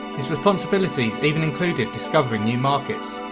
his responsibilities even included discovering new markets.